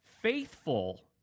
faithful